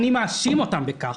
אני מאשים אותם בכך.